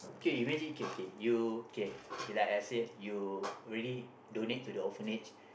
kay imagine okay okay you kay kay lah let's say you already donate to the orphanage